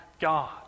God